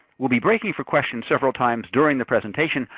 we'll be breaking for questions several times during the presentation,